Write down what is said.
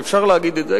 שאפשר להגיד את זה,